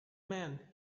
man